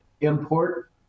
import